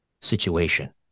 situation